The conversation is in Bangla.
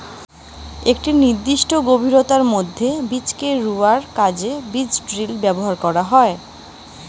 গটে নির্দিষ্ট গভীরতার মধ্যে বীজকে রুয়ার কাজে বীজড্রিল ব্যবহার করা হয়